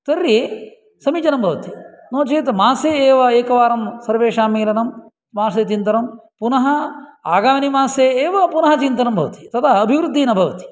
तर्हि समीचीनं भवति नो चेत् मासे एव एकवारं सर्वेषां मेलनं मासे चिन्तनं पुनः आगामि मासे एव पुनः चिन्तनं भवति तदा अभिवृद्धिः न भवति